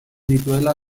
dituela